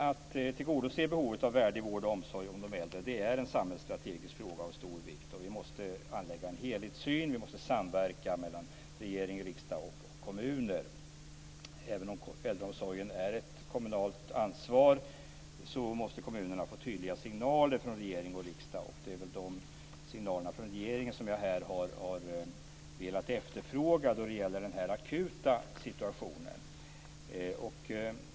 Att tillgodose behovet av värdig vård och omsorg om de äldre är en samhällsstrategisk fråga av stor vikt. Vi måste anlägga en helhetssyn och samverka mellan regering, riksdag och kommuner. Även om äldreomsorgen är ett kommunalt ansvar måste kommunerna få tydliga signaler från regering och riksdag. Det är signalerna från regeringen som jag här har velat efterfråga när det gäller den akuta situationen.